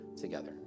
together